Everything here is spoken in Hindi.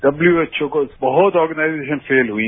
डब्ल्यूएचओ कोबहुत आर्गेनाइजेशन्स फेल हुई